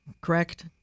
correct